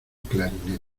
clarinete